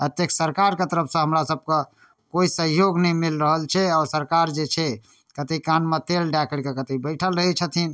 एतेक सरकारके तरफसँ हमरासभके कोइ सहयोग नहि मिलि रहल छै आओर सरकार जे छै अथी कानमे तेल दऽ करिके अथी बैठल रहै छथिन